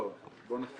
לא, בוא נפריד.